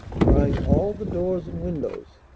trying all the doors and windows.